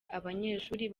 abanyeshuri